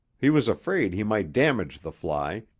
he was afraid he might damage the fly,